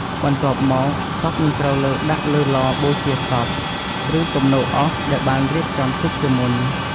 បន្ទាប់មកសពនឹងត្រូវលើកដាក់លើឡបូជាសព ឬគំនរអុសដែលបានរៀបចំទុកជាមុន។